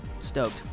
Stoked